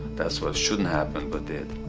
that's what shouldn't happen but did.